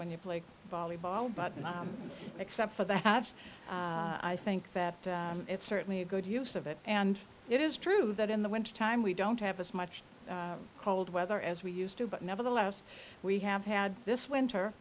when you play volleyball but except for the habs i think that it's certainly a good use of it and it is true that in the wintertime we don't have as much cold weather as we used to but never the less we have had this winter